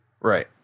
Right